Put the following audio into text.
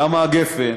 כמה הגפן.